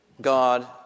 God